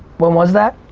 when was that?